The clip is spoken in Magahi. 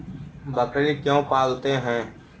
बकरी क्यों पालते है?